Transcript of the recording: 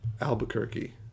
Albuquerque